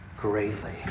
greatly